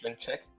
check